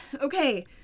Okay